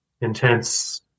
intense